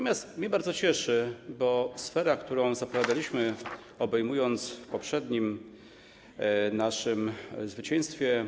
Mnie bardzo cieszy, bo sfera, która zapowiadaliśmy, obejmując poprzednim naszym zwycięstwem.